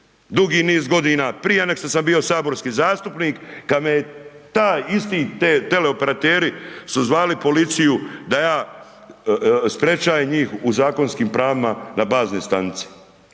dugi niz godina, prije nego što sam bio saborski zastupnik, kad me je taj isti teleoperateri su zvali policiju da ja sprečajem njih u zakonskim pravima na baznoj stanici.